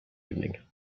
evening